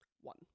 One